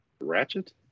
Ratchet